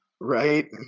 right